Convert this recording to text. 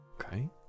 Okay